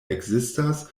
ekzistas